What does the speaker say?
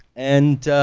and,